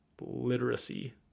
literacy